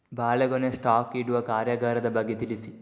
ಬಾಳೆಗೊನೆ ಸ್ಟಾಕ್ ಇಡುವ ಕಾರ್ಯಗಾರದ ಬಗ್ಗೆ ತಿಳಿಸಿ